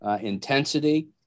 intensity